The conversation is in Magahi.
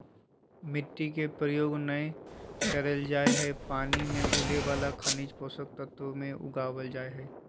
मिट्टी के प्रयोग नै करल जा हई पानी मे घुले वाला खनिज पोषक तत्व मे उगावल जा हई